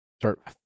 start